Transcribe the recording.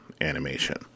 animation